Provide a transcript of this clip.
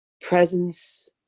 presence